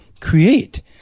create